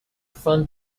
fun